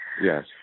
Yes